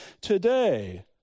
today